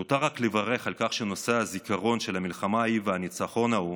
נותר רק לברך על כך שנושא הזיכרון של המלחמה ההיא והניצחון ההוא